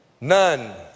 none